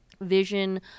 Vision